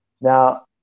now